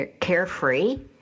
carefree